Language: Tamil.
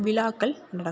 விழாக்கள் நடக்கும்